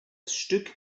stück